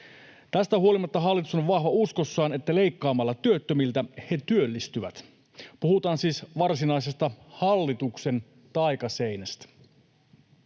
Tästä huolimatta hallitus on vahva uskossaan, että leikkaamalla työttömiltä nämä työllistyvät. Puhutaan siis varsinaisesta hallituksen taikaseinästä.